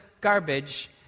garbage